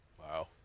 Wow